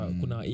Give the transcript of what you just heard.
kuna